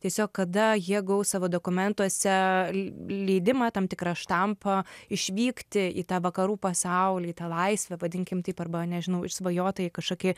tiesiog kada jie gaus savo dokumentuose leidimą tam tikrą štampą išvykti į tą vakarų pasaulį į tą laisvę vadinkim taip arba nežinau išsvajotąjį kažkokį